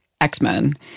X-Men